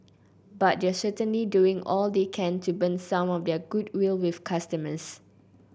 but they're certainly doing all they can to burn some of their goodwill with customers